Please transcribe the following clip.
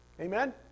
Amen